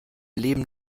leben